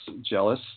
jealous